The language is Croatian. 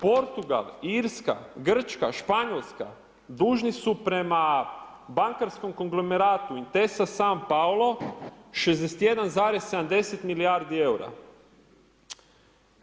Portugal, Irska, Grčka, Španjolska, dužni su prema bankarskom konglomeratu Intesa Sanpaolo 61,70 milijardi EUR-a.